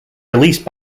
released